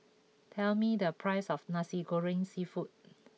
tell me the price of Nasi Goreng Seafood